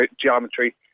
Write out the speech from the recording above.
geometry